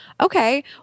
okay